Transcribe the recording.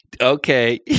Okay